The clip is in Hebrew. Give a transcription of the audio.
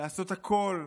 לעשות הכול,